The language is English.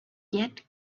get